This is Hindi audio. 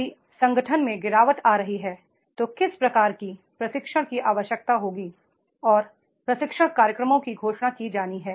यदि संगठन में गिरावट आ रही है तो किस प्रकार की प्रशिक्षण की आवश्यकता होगी और प्रशिक्षण कार्यक्रमों की घोषणा की जानी है